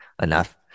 Enough